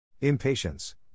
Impatience